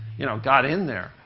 you know, got in there.